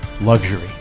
luxury